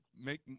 make